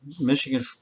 Michigan